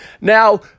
Now